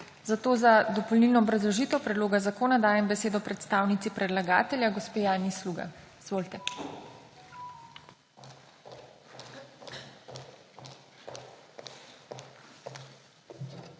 zato za dopolnilno obrazložitev predloga zakona dajem predstavnici predlagatelja, gospa Janja Sluga. Izvolite.